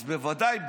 אז בוודאי,